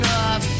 up